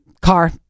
Car